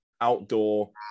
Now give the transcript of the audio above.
outdoor